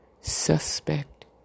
suspect